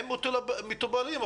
שהם מטופלים,